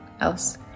else